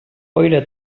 boira